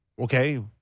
okay